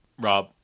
rob